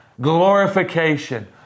glorification